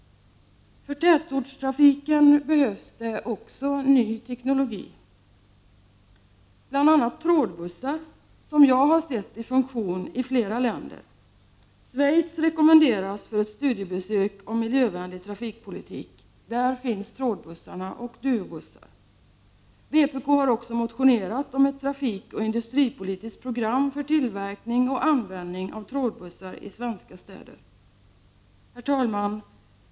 För tätortstrafiken behövs det också ny teknologi, bl.a. trådbussar, som jag har sett i funktion i flera länder. Schweiz rekommenderas för ett studiebesök i fråga om miljövänlig trafikpolitik — där finns trådbussar och Duobussar. Vpk har motionerat om ett trafikoch industripolitiskt program för tillverkning och användning av trådbussar i svenska städer. Herr talman!